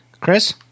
Chris